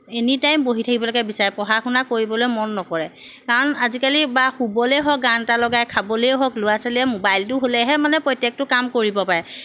any time বহি থাকিবলৈ বিচাৰে পঢ়া শুনা কৰিবলৈ মন নকৰে কাৰণ আজিকালি বা শুবলেই হওক গান এটা লগাই খাবলৈ হওক ল'ৰা ছোৱালীয়ে মোবাইলটো হ'লেহে মানে প্ৰত্যেকটো কাম কৰিব পাৰে